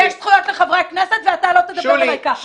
יש זכויות לחברי כנסת, ואתה לא תדבר אליי ככה.